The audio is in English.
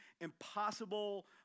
impossible